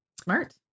Smart